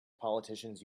politicians